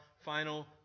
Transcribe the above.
final